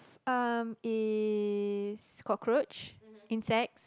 um it's cockroach insects